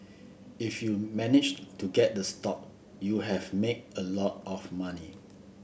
if you managed to get the stock you have made a lot of money